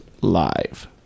Live